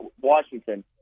Washington